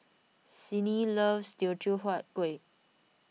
Sydni loves Teochew Huat Kueh